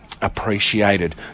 appreciated